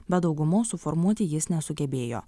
bet daugumos suformuoti jis nesugebėjo